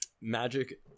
magic